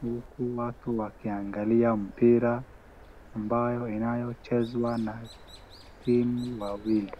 huku watu wakiangalia mpira ambayo inayochezwa na timu wawili.